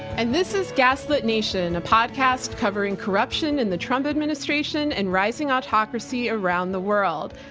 and this is gaslit nation, a podcast covering corruption in the trump administration and rising autocracy around the world.